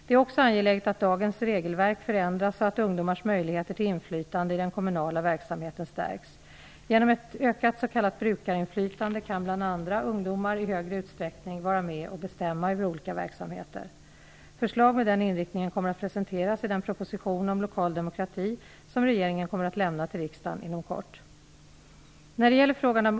Det är också angeläget att dagens regelverk förändras så att ungdomars möjligheter till inflytande i den kommunala verksamheten stärks. Genom ett ökat s.k. brukarinflytande kan bl.a. ungdomar i högre utsträckning vara med och bestämma över olika verksamheter. Förslag med denna inriktning kommer att presenteras i den proposition om lokal demokrati som regeringen kommer att lämna till riksdagen inom kort.